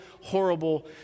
horrible